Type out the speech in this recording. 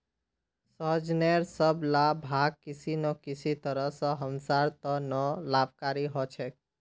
सहजनेर सब ला भाग किसी न किसी तरह स हमसार त न लाभकारी ह छेक